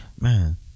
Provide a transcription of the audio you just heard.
Man